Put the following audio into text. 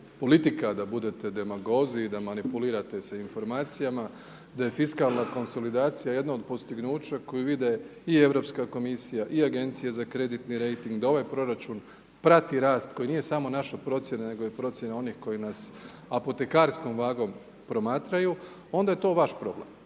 da budete demagozi i da manipulirate sa informacijama da je fiskalna konsolidacija jedna od postignuća koju vide i Europska komisija i Agencije za kreditni rejting, da ovaj proračun prati rast koji nije samo naša procjena nego je i procjena onih koji nas, apotekarskom vagom promatraju, onda je to vaš problem.